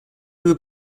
would